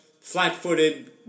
flat-footed